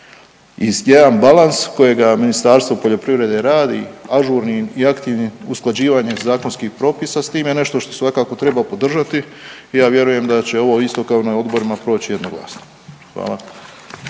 I jedan balans kojega Ministarstvo poljoprivrede radi, ažurnim i aktivnim usklađivanjem zakonskih propisa s tim je nešto što svakako treba podržati. I ja vjerujem da će ovo isto kao i na odborima proći jednoglasno. Hvala.